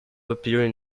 appearing